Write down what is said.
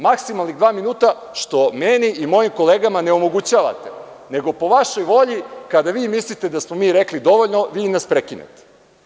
Maksimalnih dva minuta, što meni i mojim kolegama onemogućavate, nego po vašoj volji, kada mislite da smo mi rekli dovoljno, vi nas prekinete.